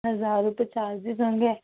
ہزار روپے چارجز ہوں گے